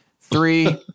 Three